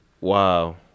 wow